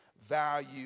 value